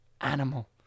animal